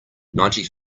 ninety